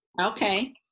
Okay